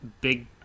Big